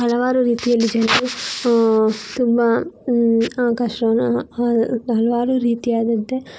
ಹಲವಾರು ರೀತಿಯಲ್ಲಿ ಜನರು ತುಂಬ ಕಷ್ಟವನ್ನು ಹಲವಾರು ರೀತಿಯಾದಂತೆ